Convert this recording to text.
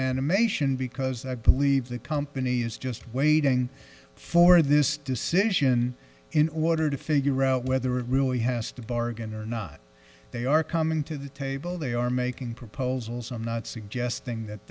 animation because i believe the company is just waiting for this decision in order to figure out whether it really has to bargain or not they are coming to the table they are making proposals i'm not suggesting that